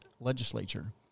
legislature